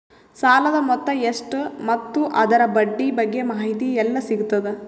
ಸಾಲದ ಮೊತ್ತ ಎಷ್ಟ ಮತ್ತು ಅದರ ಬಡ್ಡಿ ಬಗ್ಗೆ ಮಾಹಿತಿ ಎಲ್ಲ ಸಿಗತದ?